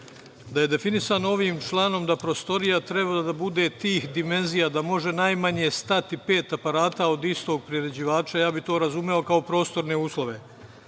je definisano ovim članom da prostorija treba da bude tih dimenzija da može najmanje stati pet aparata od istog priređivača, ja bih to razumeo kao prostorne uslove,